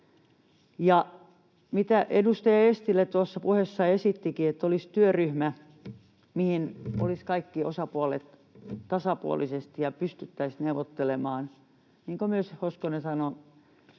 Ja mitä edustaja Eestilä tuossa puheessa esittikin, että olisi työryhmä, missä olisivat kaikki osapuolet tasapuolisesti ja pystyttäisiin neuvottelemaan, niin kuin myös Hoskonen sanoi,